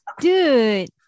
Dude